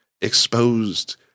exposed